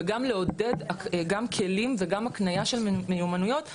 וגם לעודד גם כלים וגם הקנייה של מיומנויות שיאפשרו.